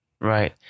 right